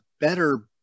better